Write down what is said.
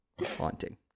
Haunting